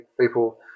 people